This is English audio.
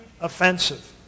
Offensive